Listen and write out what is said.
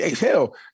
Hell